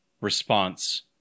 response